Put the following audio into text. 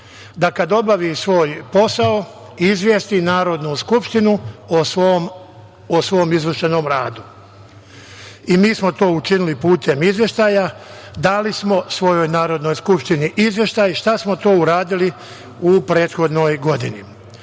da kada obavi svoj posao izvesti Narodnu skupštinu o svom izvršenom radu. I mi smo to učinili putem izveštaja, dali smo svojoj Narodnoj skupštini izveštaj šta smo to uradili u prethodnoj godini.